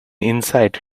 insight